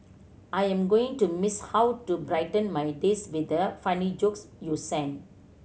I am going to miss how you brighten my days with the funny jokes you sent